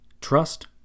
Trust